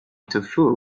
tofu